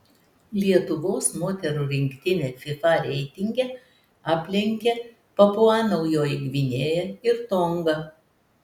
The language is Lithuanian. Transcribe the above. lietuvos moterų rinktinę fifa reitinge aplenkė papua naujoji gvinėja ir tonga